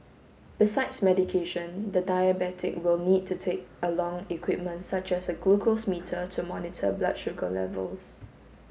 besides medication the diabetic will need to take along equipment such as a glucose meter to monitor blood sugar levels